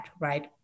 right